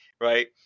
Right